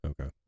okay